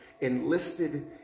enlisted